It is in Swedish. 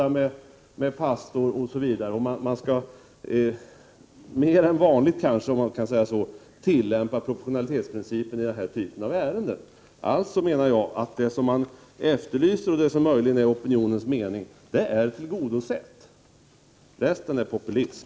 I den här typen av ärenden skall man samråda med pastorn och i högre grad än i vanliga fall tillämpa proportionalitetsprincipen. Jag menar att det som man efterlyser, och som möjligen är opinionens mening, redan är tillgodosett — resten är populism.